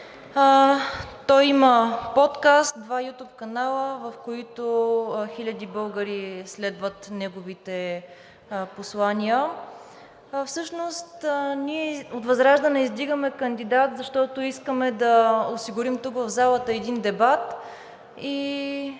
Той има подкаст, два YouTube канала, в които хиляди българи следват неговите послания. Всъщност ние от ВЪЗРАЖДАНЕ издигаме кандидат, защото искаме да осигурим, тук в залата, един дебат